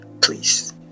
Please